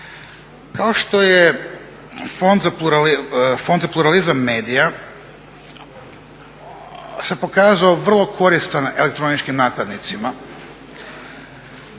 Kao što je Fond za pluralizam medija se pokazao vrlo koristan elektroničkim nakladnicima,